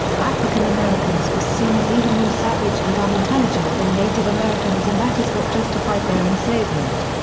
african americans were seen as even more savage and unintelligent than native americans and that is what justified their enslavement.